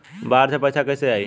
बाहर से पैसा कैसे आई?